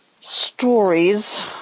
stories